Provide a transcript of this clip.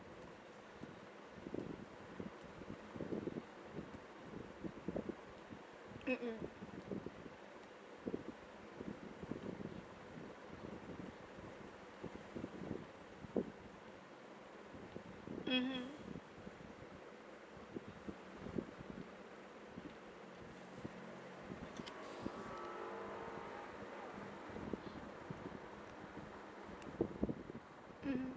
mm mm mmhmm mmhmm